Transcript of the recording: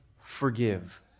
forgive